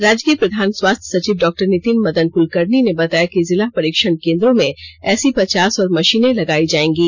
राज्य के प्रधान स्वास्थ्य सचिव डॉक्टर नितिन मदन कुलकर्णी ने बताया कि जिला परीक्षण केन्द्रों में ऐसी पचास और मशीनें लगाई जाएंगी